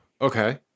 okay